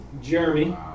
Jeremy